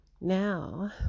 now